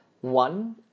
one